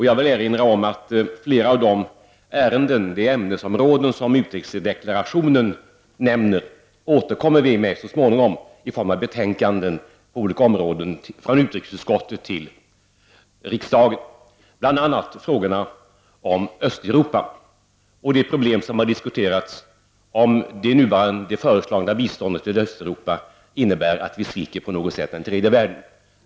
Jag vill erinra om att vi så småningom i olika betänkanden från utrikesutskottet återkommer här i riksdagen till flera av de ämnesområden som utrikesdeklarationen nämner. Det gäller bl.a. frågorna om Östeuropa och de problem som diskuterats när det gäller huruvida det föreslagna biståndet till Östeuropa skulle innebära att vi sviker tredje världen.